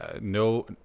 no